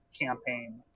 campaign